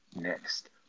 next